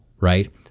right